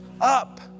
up